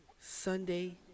Sunday